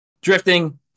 Drifting